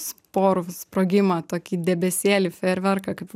sporų sprogimą tokį debesėlį fejerverką kaip